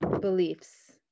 beliefs